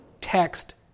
text